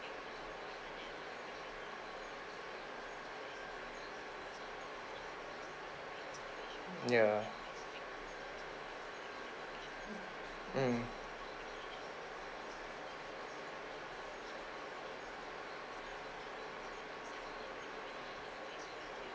ya mm